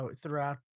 throughout